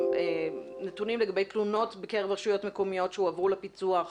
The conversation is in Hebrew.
נתונים לגבי תלונות בקרב רשויות מקומיות שהועברו לפיצו"ח